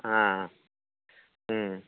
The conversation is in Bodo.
अ